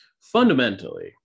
fundamentally